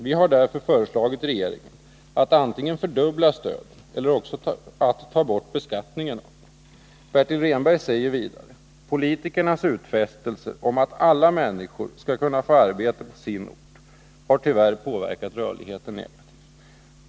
Vi har därför föreslagit regeringen att antingen fördubbla stöden eller också att ta bort beskattningen av dem.” Bertil Rehnberg säger vidare: ”Politikernas utfästelser om att alla människor skall kunna få arbete på sin ort har tyvärr påverkat rörligheten negativt.